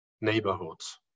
neighborhoods